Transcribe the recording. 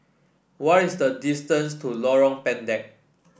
what is the distance to Lorong Pendek